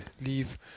leave